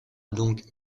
donc